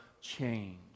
change